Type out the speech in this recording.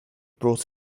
brought